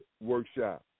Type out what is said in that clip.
workshop